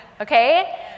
okay